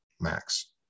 max